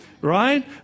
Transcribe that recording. right